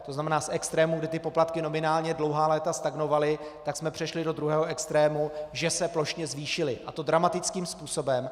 To znamená z extrému, kde ty poplatky nominálně dlouhá léta stagnovaly, jsme přešli do druhého extrému, že se plošně zvýšily, a to dramatickým způsobem.